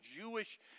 Jewish